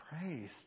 praise